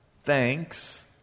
thanks